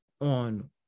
on